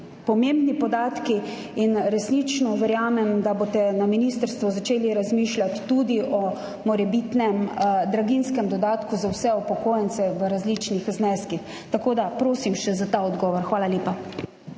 pomembni podatki in resnično verjamem, da boste na ministrstvu začeli razmišljati tudi o morebitnem draginjskem dodatku za vse upokojence v različnih zneskih. Tako da prosim še za ta odgovor. Hvala lepa.